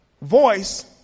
voice